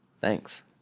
Thanks